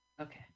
Okay